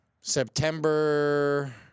September